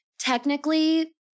technically